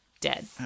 dead